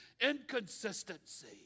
inconsistency